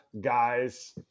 guys